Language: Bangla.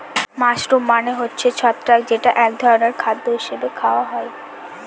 মাশরুম মানে হচ্ছে ছত্রাক যেটা এক ধরনের খাদ্য হিসাবে খাওয়া হয়